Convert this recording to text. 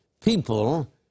people